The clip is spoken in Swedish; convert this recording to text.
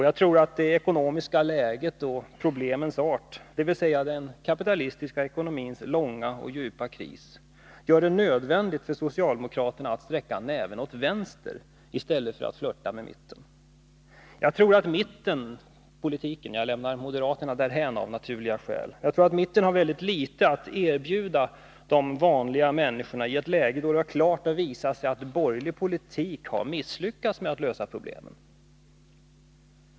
Jag tror att det ekonomiska läget och problemens art — dvs. den kapitalistiska ekonomins långa och djupa kris — gör det nödvändigt för socialdemokraterna att sträcka näven åt vänster i stället för att flirta med mitten. Jag tror att mittenpartierna — av naturliga skäl lämnar jag moderaterna därhän — har väldigt litet att erbjuda de vanliga människorna i ett läge där det klart har visat sig att borgerlig politik har misslyckats med att lösa problemen.